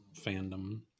fandom